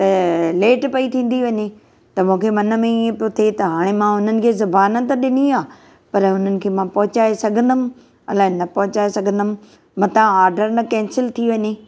त लेट पई थींदी वञे त मूंखे मनु में ईअं पियो थिए त हाणे मां हुननि खे ज़ुबान त ॾिनी आहे पर हुननि खे मां पहुचाए सघंदमि अलाए न पहुचाए सघंदमि मतां ऑर्डर न कैंसल थी वञे